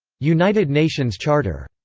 united nations charter.